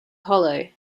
hollow